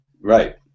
Right